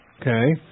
okay